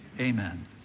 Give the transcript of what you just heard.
Amen